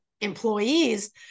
employees